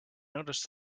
noticed